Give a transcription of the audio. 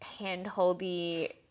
handholdy